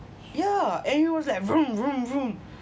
yeah and he was like vroom vroom vroom